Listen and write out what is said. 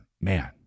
man